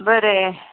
बरें